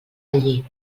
allí